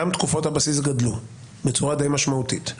תקופות הבסיס גדלו בצורה די משמעותית.